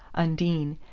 undine,